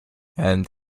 and